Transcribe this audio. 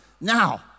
Now